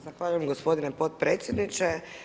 Zahvaljujem gospodine potpredsjedniče.